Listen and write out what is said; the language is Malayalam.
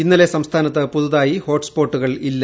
ഇന്നലെ സംസ്ഥാനത്ത് പുതിയതായി ഹോട്ട്സ്പോട്ടുകൾ ഇല്ല